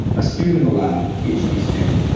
a student in the lab, ph d. student,